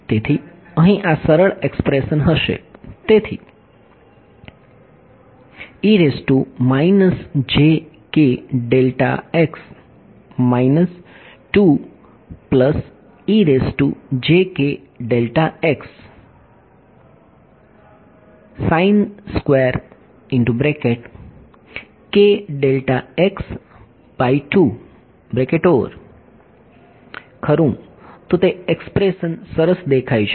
તેથી અહીં આ સરળ એક્સપ્રેશન હશે તેથી ખરું તો તે એક્સપ્રેશન સરસ દેખાય છે